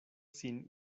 sin